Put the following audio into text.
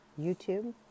YouTube